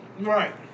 Right